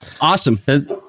Awesome